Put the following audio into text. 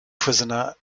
prisoner